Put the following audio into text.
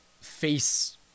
face